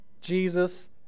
Jesus